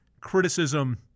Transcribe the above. criticism